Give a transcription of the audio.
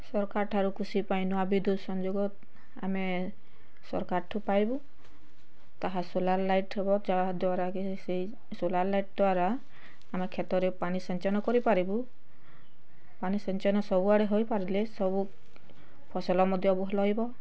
ସରକାର ଠାରୁ କୃଷି ପାଇଁ ନୂଆ ବିଦ୍ୟୁତ ସଂଯୋଗ ଆମେ ସରକାର ଠୁ ପାଇବୁ ତାହା ସୋଲାର୍ ଲାଇଟ୍ ହବ ଯାହା ଦ୍ଵାରା କି ସେଇ ସୋଲାର୍ ଲାଇଟ୍ ଦ୍ଵାରା ଆମେ କ୍ଷେତରେ ପାଣି ସିଞ୍ଚନ କରି ପାରିବୁ ପାଣି ସିଞ୍ଚନ ସବୁ ଆଡ଼େ ହୋଇ ପାରିଲେ ସବୁ ଫସଲ ମଧ୍ୟ ଭଲ ହେବ